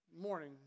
morning